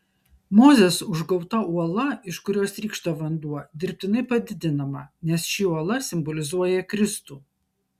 mozės užgauta uola iš kurios trykšta vanduo dirbtinai padidinama nes ši uola simbolizuoja kristų